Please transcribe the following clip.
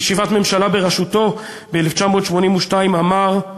בישיבת ממשלה בראשותו ב-1982 אמר: